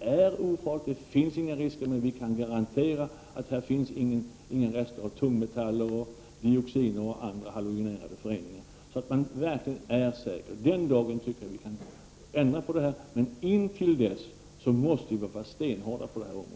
är ofarligt — det finns inga risker, och vi kan garantera att det inte finns några rester av tungmetaller och dioxiner och andra halonegerade föreningar. Man skall verkligen vara säker. Den dagen tycker jag vi kan ändra på detta. Men intill den dagen måste vi vara stenhårda på det här området.